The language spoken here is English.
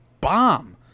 bomb